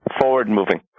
forward-moving